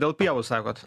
dėl pievų sakot